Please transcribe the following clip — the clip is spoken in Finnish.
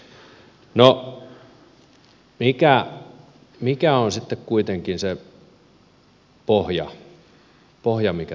no mikä on sitten kuitenkin se pohja minkä tarvitsee olla koko ajan mielessä